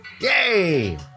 Yay